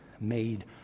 made